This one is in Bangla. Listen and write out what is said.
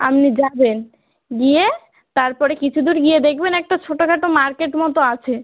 আপনি যাবেন গিয়ে তারপরে কিছু দূর গিয়ে দেখবেন একটা ছোটখাটো মার্কেট মতো আছে